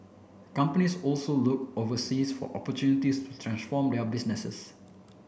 companies also look overseas for opportunities to transform their businesses